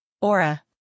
Aura